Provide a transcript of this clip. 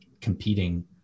competing